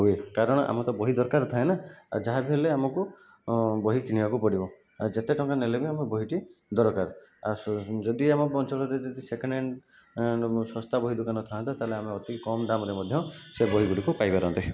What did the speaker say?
ହୁଏ କାରଣ ଆମେ ତ ବହି ଦରକାର ଥାଏ ନା ଆଉ ଯାହାବି ହେଲେ ଆମକୁ ବହି କିଣିବାକୁ ପଡ଼ିବ ଆଉ ଯେତେ ଟଙ୍କା ନେଲେ ବି ଆମେ ବହିଟି ଦରକାର ଆଉ ଯଦି ଆମ ଅଞ୍ଚଳରେ ଯଦି ସେକେଣ୍ଡ ହ୍ୟାଣ୍ଡ ଶସ୍ତା ବହି ଦୋକାନ ଥାଆନ୍ତା ତାହେଲେ ଆମେ ଅତି କମ ଦାମରେ ମଧ୍ୟ ସେ ବହି ଗୁଡ଼ିକୁ ପାଇପାରନ୍ତେ